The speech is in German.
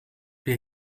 wir